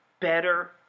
better